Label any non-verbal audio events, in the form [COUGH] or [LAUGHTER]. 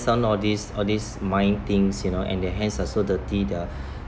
all this all this mind things you know and their hands are so dirty the [BREATH]